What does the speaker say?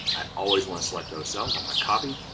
i always want to select those cells. i'm going to copy.